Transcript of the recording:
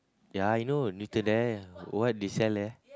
ya I know there what they sell there